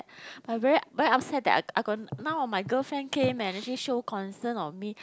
I very very upset that I I got none of my girlfriend came and actually show concern on me